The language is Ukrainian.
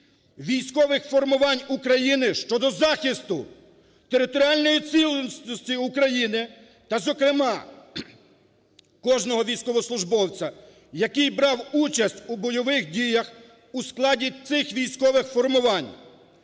військових формувань України щодо захисту територіальної цілісності України та, зокрема, кожного військовослужбовця, який брав участь у бойових діях у складі цих військових формувань.